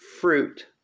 fruit